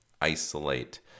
isolate